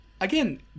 Again